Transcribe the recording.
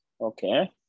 Okay